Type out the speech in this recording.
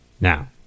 Now